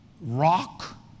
rock